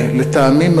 לטעמי,